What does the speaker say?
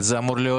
זה אמור להיות